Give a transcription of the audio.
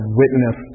witness